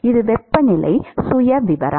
இது வெப்பநிலை சுயவிவரம்